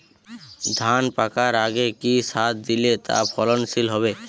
ধান পাকার আগে কি সার দিলে তা ফলনশীল হবে?